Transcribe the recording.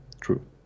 true